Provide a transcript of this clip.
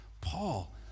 Paul